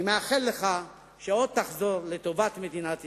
אני מאחל לך שעוד תחזור, לטובת מדינת ישראל.